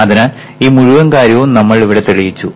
അതിനാൽ ഈ മുഴുവൻ കാര്യവും ഇവിടെ നമ്മൾ തെളിയിച്ചു